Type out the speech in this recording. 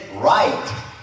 right